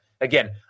again